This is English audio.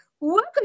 welcome